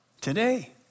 Today